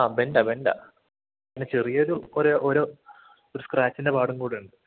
ആ ബെൻ്റാണ് ബെൻ്റാണ് പിന്നെ ചെറിയ ഒരു ഒരു ഒരു സ്ക്രാച്ചിൻ്റെ പാടും കൂടെ ഉണ്ട്